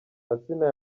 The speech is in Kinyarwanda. asinah